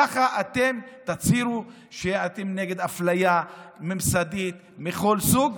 ככה אתם תצהירו שאתם נגד אפליה ממסדית מכל סוג,